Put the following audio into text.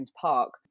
Park